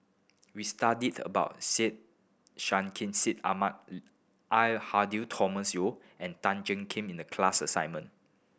we studied about Syed Sheikh Syed Ahmad Al Hadi Thomas Yeo and Tan Jiak Kim in the class assignment